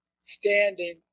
standing